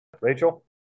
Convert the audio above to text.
Rachel